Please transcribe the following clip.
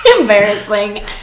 embarrassing